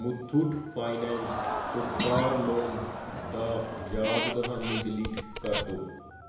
Muthoot finance ਤੋਂ car loan ਦਾ ਯਾਦ ਦਹਾਨੀ ਡਿਲੀਟ ਕਰ ਦਿਓ